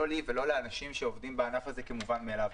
לא לי ולא לאנשים העובדים בענף הזה, כמובן מאליו.